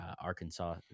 Arkansas